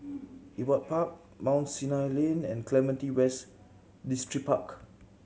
Ewart Park Mount Sinai Lane and Clementi West Distripark